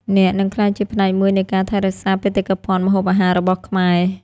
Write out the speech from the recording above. អ្នកនឹងក្លាយជាផ្នែកមួយនៃការថែរក្សាបេតិកភណ្ឌម្ហូបអាហាររបស់ខ្មែរ។